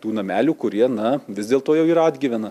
tų namelių kurie na vis dėlto jau yra atgyvena